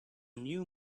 new